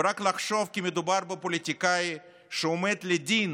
ורק לחשוב כי מדובר בפוליטיקאי שעומד לדין